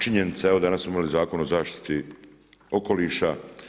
Činjenica evo danas smo imali Zakon o zaštiti okoliša.